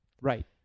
Right